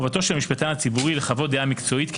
חובתו של המשפט הציבורי היא לחוות דעה מקצועית,